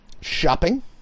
shopping